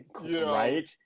Right